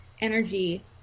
energy